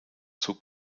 zur